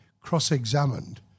cross-examined